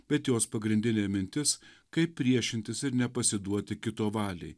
bet jos pagrindinė mintis kaip priešintis ir nepasiduoti kito valiai